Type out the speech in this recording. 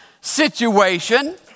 situation